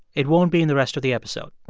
it won't be in the rest of the episode